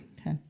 Okay